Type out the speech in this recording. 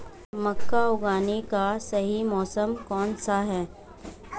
मक्का उगाने का सही मौसम कौनसा है?